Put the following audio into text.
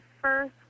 first